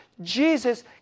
Jesus